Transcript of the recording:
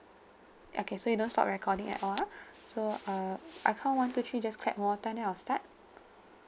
okay so you don't stop recording at all ah so uh I count one two three just clap one more time then I'll start